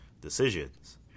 decisions